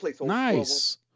Nice